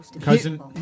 Cousin